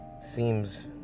Seems